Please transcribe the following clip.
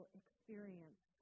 experience